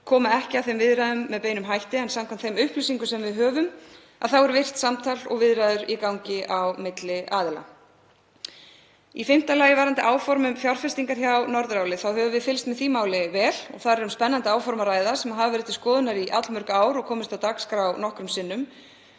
koma ekki að þeim viðræðum með beinum hætti, en samkvæmt þeim upplýsingum sem við höfum er virkt samtal og viðræður í gangi á milli aðila. Í fimmta lagi, varðandi áform um fjárfestingar hjá Norðuráli, þá höfum við fylgst vel með því máli. Þar er um spennandi áform að ræða sem verið hafa til skoðunar í allmörg ár og komist á dagskrá nokkrum sinnum.